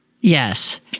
Yes